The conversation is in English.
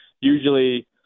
Usually